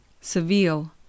Seville